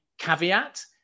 Caveat